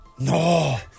No